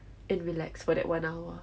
and relax for that one hour